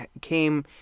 came